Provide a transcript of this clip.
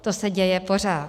To se děje pořád.